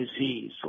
disease